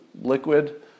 liquid